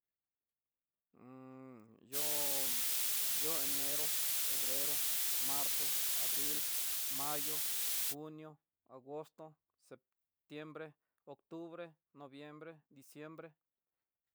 yo'o, yo'o enero, febrero, marzo, abril, mayo, junio, agosto, septiembre, octubre, noviembre, diciembre.